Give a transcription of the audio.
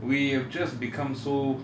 we have just become so